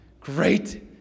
Great